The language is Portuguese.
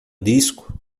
disco